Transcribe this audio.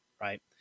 right